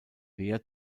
wehr